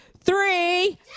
three